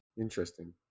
Interesting